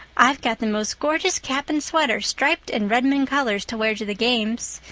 i've got the most gorgeous cap and sweater striped in redmond colors to wear to the games.